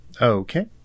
Okay